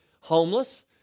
homeless